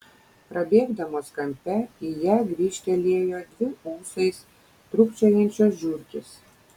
prabėgdamos kampe į ją grįžtelėjo dvi ūsais trūkčiojančios žiurkės